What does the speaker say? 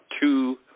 two